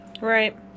Right